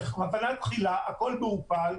בכוונה תחילה הכל מעורפל,